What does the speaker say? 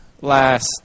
last